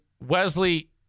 Wesley